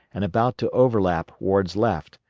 and about to overlap ward's left,